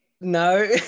no